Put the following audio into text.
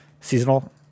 seasonal